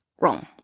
wrong